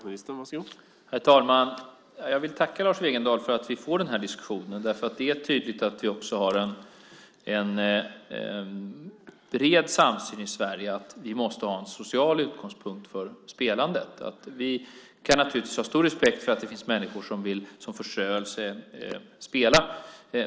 Herr talman! Jag vill tacka Lars Wegendal för att vi får den här diskussionen. Det är tydligt att vi har en bred samsyn i Sverige att vi måste ha en social utgångspunkt för spelandet. Vi kan naturligtvis ha stor respekt för att det finns människor som vill spela som förströelse.